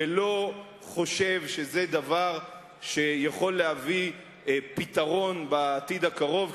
ולא חושב שזה דבר שיכול להביא פתרון בעתיד הקרוב,